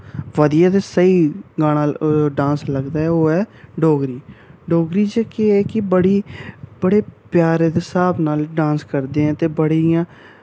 बधियै ते स्हेई गाना डांस लगदा ऐ ओह् ऐ डोगरी डोगरी च केह् ऐ कि बड़ी बड़े प्यारे दे स्हाब नाल डांस करदे ऐं ते बड़ी इ'यां